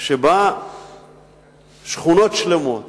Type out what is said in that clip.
שבה שכונות שלמות